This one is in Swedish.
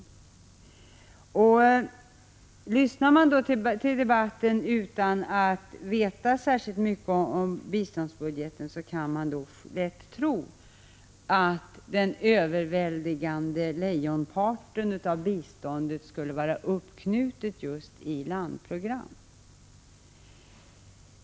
Lyssnar man till debatten utan att veta särskilt mycket om biståndsbudgeten kan man lätt tro att lejonparten skulle vara uppknuten just i landprogrammet.